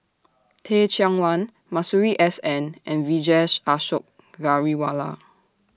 Teh Cheang Wan Masuri S N and Vijesh Ashok Ghariwala